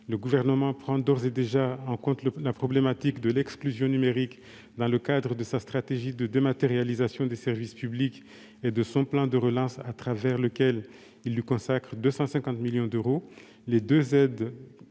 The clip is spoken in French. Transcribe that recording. Le Gouvernement prend d'ores et déjà en compte la problématique de l'exclusion numérique dans le cadre de sa stratégie de dématérialisation des services publics et de son plan de relance à travers lequel il y consacre 250 millions d'euros.